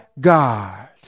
God